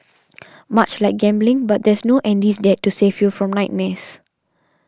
much like gambling but there's no Andy's Dad to save you from nightmares